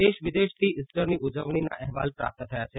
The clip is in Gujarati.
દેશ વિદેશથી ઇસ્ટરની ઉજવણીના અહેવાલ પ્રાપ્ત થયા છે